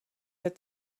had